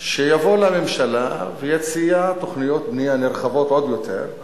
שיבוא לממשלה ויציע תוכניות בנייה נרחבות עוד יותר,